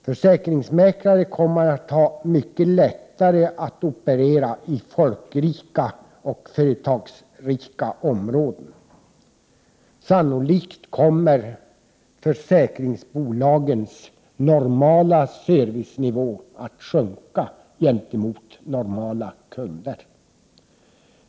Försäkringsmäklare kommer att ha mycket lättare att operera i folkrika och företagsrika områden. Sannolikt kommer försäkringsbolagens normala servicenivå att sjunka gentemot vanliga kunder.